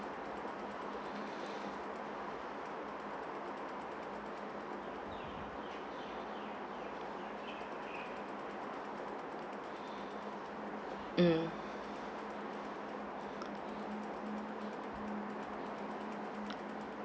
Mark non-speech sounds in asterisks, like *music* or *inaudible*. *breath* mm